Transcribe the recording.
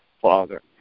Father